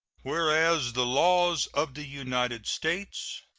whereas the laws of the united states,